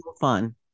fun